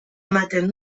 ematen